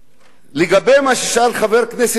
לגבי מה ששאל חבר הכנסת חסון,